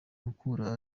gukura